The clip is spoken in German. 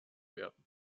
werden